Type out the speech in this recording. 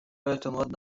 اعتماد